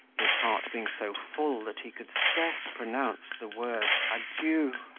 his heart being so full that he could scarce pronounce the word adieu!